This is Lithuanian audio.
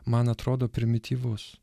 man atrodo primityvus